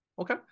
Okay